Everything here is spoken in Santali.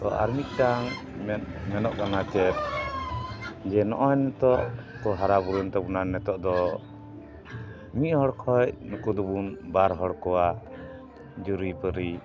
ᱛᱚ ᱟᱨ ᱢᱤᱫᱴᱟᱝ ᱢᱮᱱᱚᱜ ᱠᱟᱱᱟ ᱪᱮᱫ ᱡᱮ ᱱᱚᱜᱼᱚᱭ ᱱᱤᱛᱚᱜ ᱠᱚ ᱦᱟᱨᱟ ᱵᱩᱨᱩᱭᱮᱱ ᱛᱟᱵᱚᱱᱟ ᱱᱤᱛᱚᱜ ᱫᱚ ᱢᱤᱫ ᱦᱚᱲ ᱠᱷᱚᱱ ᱱᱩᱠᱩ ᱫᱚᱵᱚᱱ ᱵᱟᱨ ᱦᱚᱲ ᱠᱚᱣᱟ ᱡᱩᱨᱤᱼᱯᱟᱹᱨᱤ